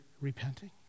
repenting